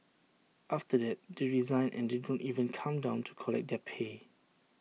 after that they resign and they don't even come down to collect their pay